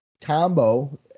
Combo